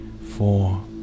four